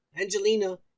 Angelina